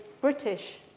British